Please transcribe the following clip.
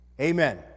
Amen